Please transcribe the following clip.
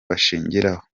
bashingiraho